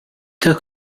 took